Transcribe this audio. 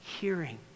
hearing